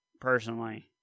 personally